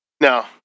No